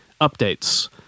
updates